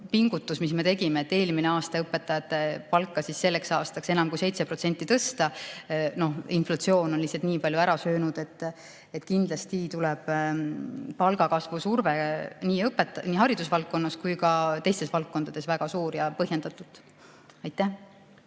pingutus, mis me tegime, et eelmine aasta õpetajate palka selleks aastaks enam kui 7% tõsta, siis inflatsioon on lihtsalt nii palju ära söönud. Kindlasti tuleb palgakasvu surve nii haridusvaldkonnas kui ka teistes valdkondades väga suur ja põhjendatud. Riina